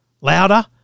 louder